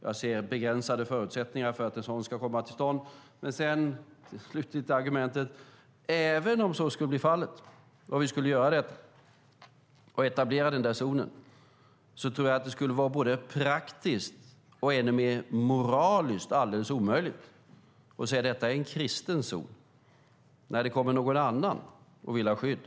Jag ser begränsade förutsättningar för att en sådan ska komma till stånd. Det slutliga argumentet är att även om så skulle bli fallet att vi skulle etablera zonen, skulle det vara både praktiskt och ännu mer moraliskt alldeles omöjligt att säga: Detta är en kristen zon, när det kommer någon annan som vill ha skydd.